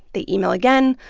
they email again.